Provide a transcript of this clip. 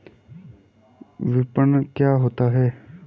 विपणन क्या होता है?